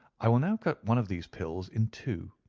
i will now cut one of these pills in two,